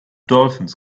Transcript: dolphins